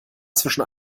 zwischen